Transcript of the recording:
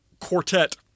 quartet